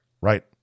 Right